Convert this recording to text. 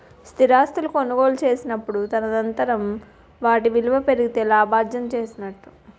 స్థిరాస్తులు కొనుగోలు చేసినప్పుడు తదనంతరం వాటి విలువ పెరిగితే లాభార్జన చేసినట్టు